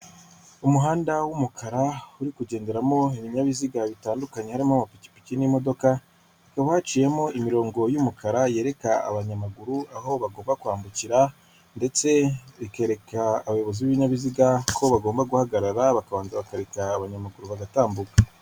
Umuhanda w'umukara uri kugenderamo ibinyabiziga bitandukanye harimo amapikipiki n'imodoka, hakaba haciyemo imirongo y'umukara yereka abanyamaguru aho bagomba kwambukira, ndetse rikereka abayobozi b'ibinyabiziga ko bagomba guhagarara bakabanza bakareka abanyamaguru bagatambuka.